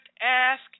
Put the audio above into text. ask